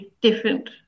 different